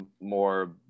more